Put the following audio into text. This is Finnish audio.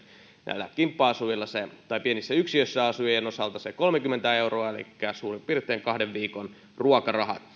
näiden kimppa asujien tai pienissä yksiöissä asuvien osalta se kolmekymmentä euroa elikkä suurin piirtein kahden viikon ruokarahat